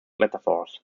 metaphors